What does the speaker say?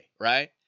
right